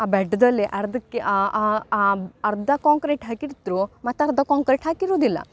ಆ ಬೆಟ್ಟದಲ್ಲೇ ಅರ್ಧಕ್ಕೆ ಅರ್ಧ ಕಾಂಕ್ರೆಟ್ ಹಾಕಿರ್ತರು ಮತ್ತು ಅರ್ಧ ಕಾಂಕ್ರೆಟ್ ಹಾಕಿರುವುದಿಲ್ಲ